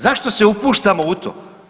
Zašto se upuštamo u to?